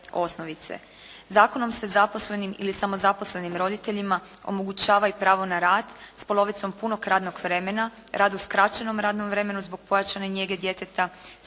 osnovice. Zakonom se zaposlenim ili samozaposlenim roditeljima omogućava i pravo na rad s polovicom punog radnog vremena, radu skraćenom radnom vremenu zbog pojačane njege djeteta,